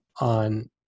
on